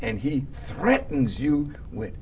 and he threatens you with